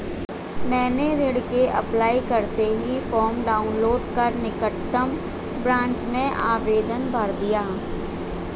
मैंने ऋण के अप्लाई करते ही फार्म डाऊनलोड कर निकटम ब्रांच में आवेदन भर दिया